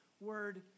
word